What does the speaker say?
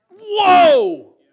Whoa